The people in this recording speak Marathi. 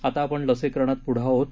आता आपण लसीकरणात पुढं आहोत